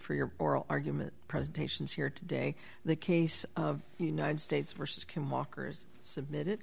for your oral argument presentations here today the case of united states versus q mockers submitted